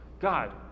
God